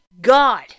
God